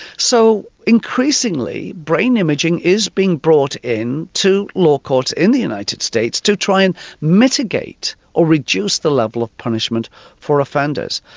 so increasingly brain imaging is being brought in to law courts in the united states to try and mitigate or reduce the level of punishment for offenders.